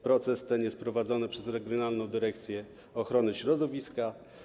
Proces ten jest prowadzony przez regionalną dyrekcję ochrony środowiska.